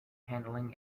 handling